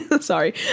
Sorry